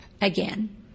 again